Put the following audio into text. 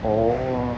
oh